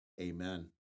Amen